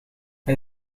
hij